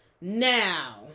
Now